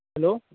hello